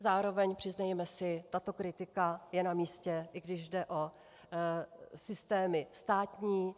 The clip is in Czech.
Zároveň, přiznejme si, tato kritika je namístě, i když jde o systémy státní.